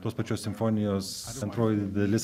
tos pačios simfonijos antroji dalis